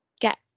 get